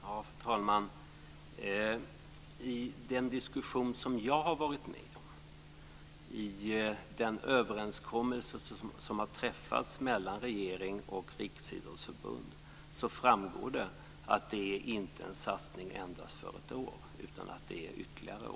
Fru talman! Av den diskussion som jag har varit med i och av den överenskommelse som har träffats mellan regering och riksidrottsförbund framgår det att det inte är en satsning endast för ett år utan att det rör sig om ytterligare år.